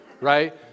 right